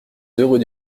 heureux